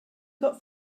got